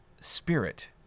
spirit